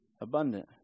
abundant